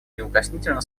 неукоснительно